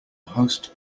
host